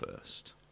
first